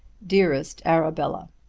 dearest arabella,